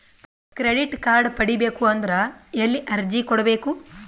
Credit card ಪಡಿಬೇಕು ಅಂದ್ರ ಎಲ್ಲಿ ಅರ್ಜಿ ಕೊಡಬೇಕು?